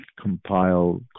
compile